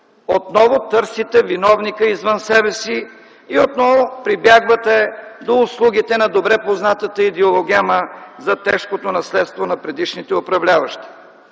отново търсите виновника извън себе си и отново прибягвате до услугите на добре познатата идеологема за тежкото наследство на предишните управляващи.